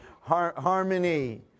harmony